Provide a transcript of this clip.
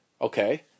Okay